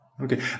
okay